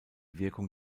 wirkung